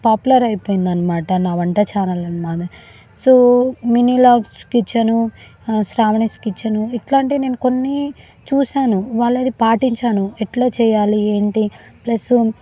popular అయిపోయిందన్నమాట నా వంట channel so mini vlogs kitchen Sravani's kitchen ఇట్లాంటివి నేను కొన్ని చూసాను వాళ్ళది పాటించాను ఎట్లా చేయాలి ఏంటి ప్లస్సు